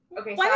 okay